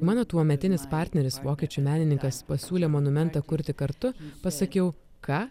mano tuometinis partneris vokiečių menininkas pasiūlė monumentą kurti kartu pasakiau ką